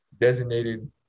Designated